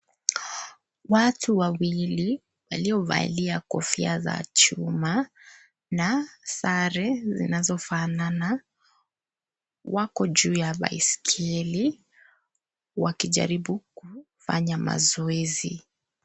Watu wawili waliovalia kofia za chuma na sare zinazofanana wako juu ya baiskeli wakiajri kufanya mazoezi.